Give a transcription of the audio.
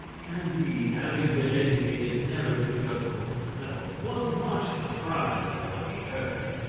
candide, having been educated never to judge for himself, was much surprised at what he heard.